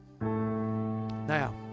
Now